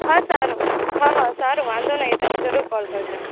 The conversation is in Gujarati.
હા સારું હા હા સારું વાંધો નહીં તમે જરૂર કોલ કરજો